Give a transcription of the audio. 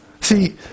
See